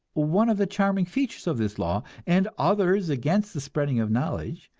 one of the charming features of this law, and others against the spreading of knowledge,